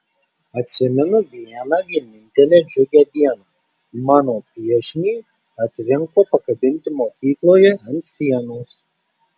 atsimenu vieną vienintelę džiugią dieną mano piešinį atrinko pakabinti mokykloje ant sienos